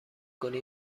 کنی